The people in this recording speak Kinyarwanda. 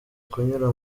kunyura